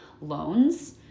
loans